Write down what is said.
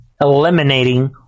eliminating